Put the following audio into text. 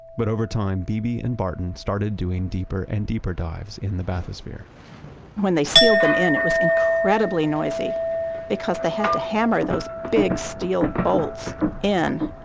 but over time beebe and barton started doing deeper and deeper dives in the bathysphere when they sealed them in it was incredibly noisy because they had to hammer those big steel bolts and